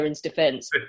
defence